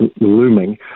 looming